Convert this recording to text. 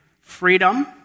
freedom